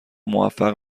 موفق